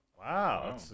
Wow